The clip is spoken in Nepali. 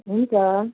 हुन्छ